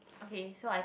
okay so I